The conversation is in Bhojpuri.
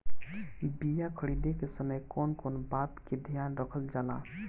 बीया खरीदे के समय कौन कौन बात के ध्यान रखल जाला?